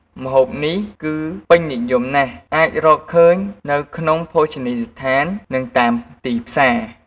ម្ហូបនេះគឺពេញនិយមណាស់ អាចរកឃើញនៅក្នុងភោជនីយដ្ឋាន និងតាមទីផ្សារ។